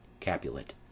Capulet